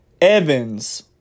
Evans